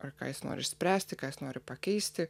ar ką jis nori išspręsti kas jis nori pakeisti